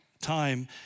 time